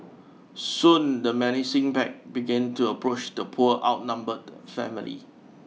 soon the menacing pack began to approach the poor outnumbered family